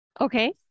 Okay